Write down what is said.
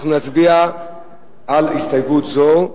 אנחנו נצביע על הסתייגות זו.